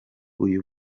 uyu